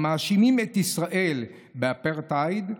המאשימים את ישראל באפרטהייד,